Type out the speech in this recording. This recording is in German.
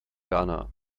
ghana